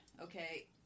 okay